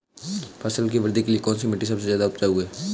फसल की वृद्धि के लिए कौनसी मिट्टी सबसे ज्यादा उपजाऊ है?